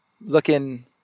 looking